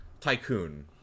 Tycoon